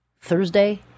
Thursday